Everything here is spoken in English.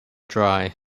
dry